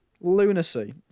lunacy